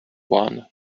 one